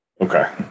Okay